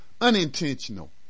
unintentional